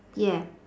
ya